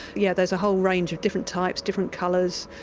yeah there's a whole range of different types, different colours,